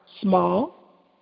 small